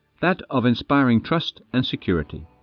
that of inspiring trust and safety.